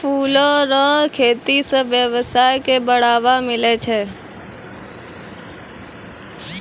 फूलो रो खेती से वेवसाय के बढ़ाबा मिलै छै